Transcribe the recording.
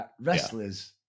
Wrestlers